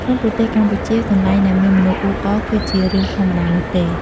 ក្នុងប្រទេសកម្ពុជា កន្លែងដែលមានមនុស្សអ៊ូអរគឺជារឿងធម្មតានោះទេ។